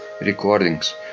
recordings